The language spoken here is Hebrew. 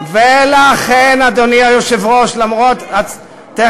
מיושבת בעיקר על-ידי בני עם ערבי שהיה עסוק בבניית